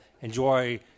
enjoy –